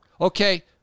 Okay